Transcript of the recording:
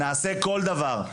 נעשה כל דבר.